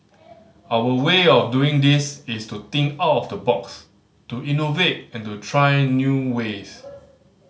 our way of doing this is to think out of the box to innovate and to try new ways